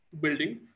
building